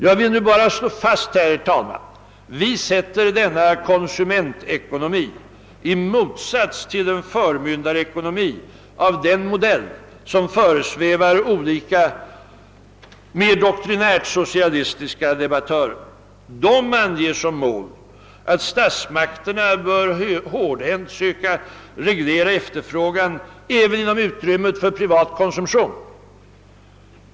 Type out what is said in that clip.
Jag vill nu bara slå fast, herr talman, att vi sätter denna konsumentekonomi i motsats till en förmyndarekonomi av den modell som föresvävar olika mer doktrinärt socialistiska debattörer. De anger som mål att statsmakterna skall hårdhänt söka reglera efterfrågan även inom utrymmet för privat konsumtion.